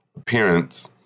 appearance